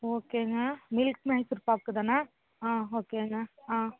ஓகேங்க மில்க் மைசூர்பாக்கு தானா ஆ ஓகேங்க ஆ